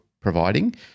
providing